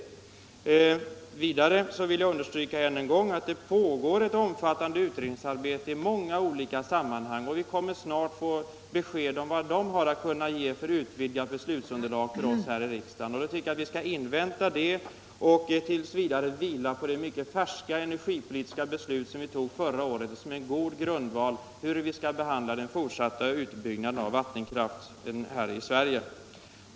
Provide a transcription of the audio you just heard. Vidare vill jag understryka än en gång att det pågår ett omfattande utredningsarbete i olika sammanhang, och vi kommer snart att få besked om vilket utvidgat beslutsunderlag som det ger oss här i riksdagen. Därför tycker jag att vi skall invänta resultaten av det arbetet och t. v. vila på det mycket färska energipolitiska beslut som vi tog förra året och som är en god grundval för den fortsatta utbyggnaden av vattenkraften i Sverige.